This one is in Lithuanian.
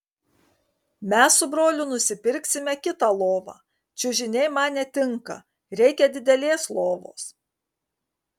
mes su broliu nusipirksime kitą lovą čiužiniai man netinka reikia didelės lovos